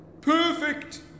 Perfect